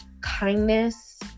kindness